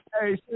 hey